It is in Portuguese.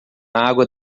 água